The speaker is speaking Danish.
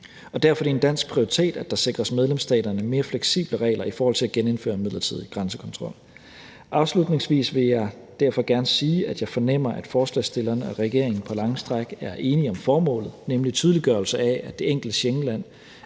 Derfor er det en dansk prioritet, at der sikres medlemsstaterne mere fleksible regler i forhold til at genindføre en midlertidig grænsekontrol. Afslutningsvis vil jeg derfor gerne sige, at jeg fornemmer, at forslagsstillerne og regeringen på lange stræk er enige om formålet, nemlig tydeliggørelse af, at det er det enkelte Schengenland,